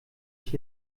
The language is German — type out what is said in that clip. ich